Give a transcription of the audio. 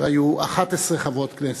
כאשר היו 11 חברות כנסת,